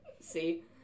See